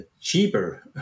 cheaper